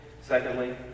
Secondly